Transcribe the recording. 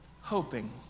hoping